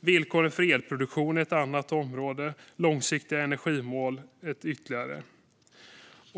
Villkoren för elproduktion är ett annat område, långsiktiga energimål ytterligare ett.